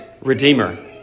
redeemer